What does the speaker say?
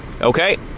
Okay